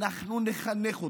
אנחנו נחנך אתכם,